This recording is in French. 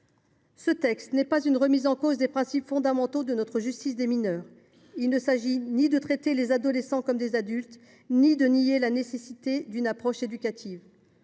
Ce texte n’est pas une remise en cause des principes fondamentaux de notre justice des mineurs. Il ne s’agit ni de traiter les adolescents comme des adultes ni de nier la nécessité d’une approche éducative.